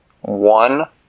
One